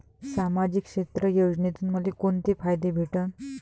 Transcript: सामाजिक क्षेत्र योजनेतून मले कोंते फायदे भेटन?